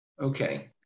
Okay